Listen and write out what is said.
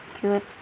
cute